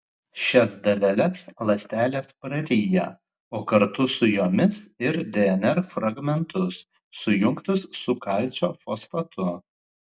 šias daleles ląstelės praryja o kartu su jomis ir dnr fragmentus sujungtus su kalcio fosfatu